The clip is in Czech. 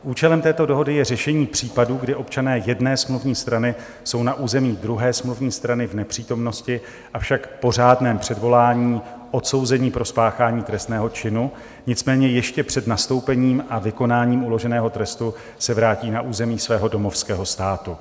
Účelem této dohody je řešení případů, kdy občané jedné smluvní strany jsou na území druhé smluvní strany v nepřítomnosti, avšak po řádném předvolání odsouzeni pro spáchání trestného činu, nicméně ještě před nastoupením a vykonáním uloženého trestu se vrátí na území svého domovského státu.